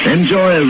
Enjoy